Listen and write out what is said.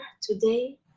today